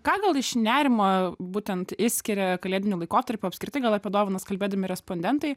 ką gal iš nerimo būtent išskiria kalėdiniu laikotarpiu apskritai gal apie dovanas kalbėdami respondentai